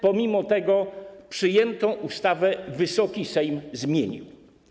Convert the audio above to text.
Pomimo tego przyjętą ustawę Wysoki Sejm zmienił.